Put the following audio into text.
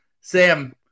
Sam